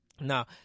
Now